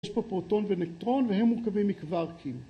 ‫יש פה פרוטון ונקטרון, ‫והם מורכבים מקווארקים.